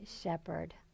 shepherd